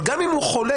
אבל אם הוא חולה,